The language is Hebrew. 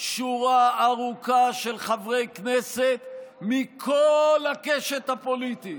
שורה ארוכה של חברי כנסת מכל הקשת הפוליטית,